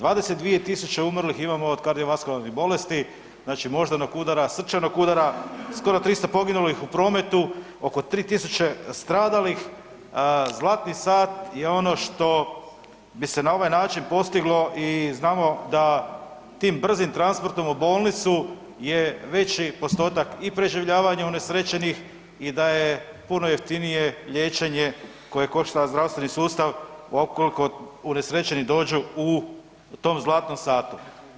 22.000 umrlih imamo od kardiovaskularnih bolesti, znači moždanog udara, srčanog udara, skoro 300 poginulih u prometu, oko 3.000 stradalih, zlatni sat je ono što bi se na ovaj način postiglo i znamo da tim brzim transportom u bolnicu je veći postotak i preživljavanja unesrećenih i da je puno jeftinije liječenje koje košta zdravstveni sustav ukoliko unesrećeni dođu u tom zlatnom satu.